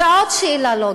ועוד שאלה לוגית,